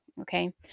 Okay